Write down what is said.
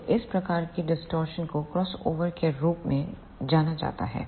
तो इस प्रकार की डिस्टॉर्शन को क्रॉसओवर डिस्टॉर्शन के रूप में जाना जाता है